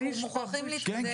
אנחנו מוכרחים להתקדם.